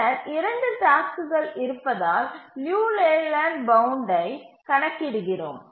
பின்னர் 2 டாஸ்க்குகள் இருப்பதால் லியு லேலேண்ட் பவுண்டை கணக்கிடுகிறோம்